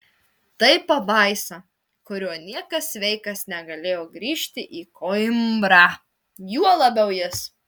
tai pabaisa kuriuo niekas sveikas negalėjo grįžti į koimbrą juo labiau jis